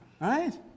right